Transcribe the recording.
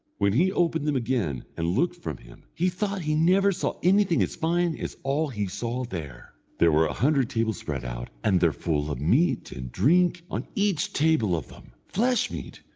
when he opened them again and looked from him he thought he never saw anything as fine as all he saw there. there were a hundred tables spread out, and their full of meat and drink on each table of them, flesh-meat,